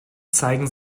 zeigen